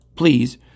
Please